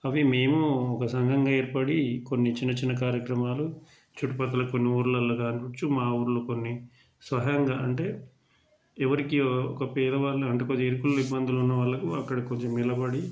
అవి మేము ఒక సంఘంగా ఏర్పడి కొన్ని చిన్న చిన్న కార్యక్రమాలు చుట్టుపక్కల కొన్ని ఊర్లలో కావచ్చు మా ఊర్లో కొన్ని సహాయంగా అంటే ఎవరికి ఒక పేదవాళ్ళు అంటే కొద్దిగా ఇరుకుల్లో ఇబ్బందుల్లో ఉన్నవాళ్ళకు అక్కడ కొంచెం నిలబడి